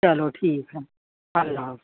چلو ٹھیک ہے اللہ حافظ